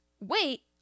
wait